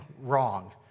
wrong